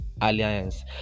alliance